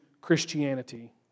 Christianity